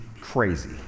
crazy